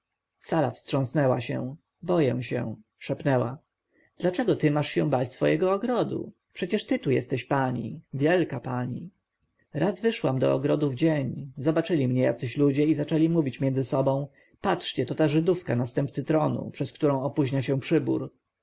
sara wstrząsnęła się boję się szepnęła dlaczego ty się masz bać swego ogrodu przecież ty tu jesteś pani wielka pani raz wyszłam do ogrodu w dzień zobaczyli mnie jacyś ludzie i zaczęli mówić między sobą patrzcie to ta żydówka następcy tronu przez którą opóźnia się przybór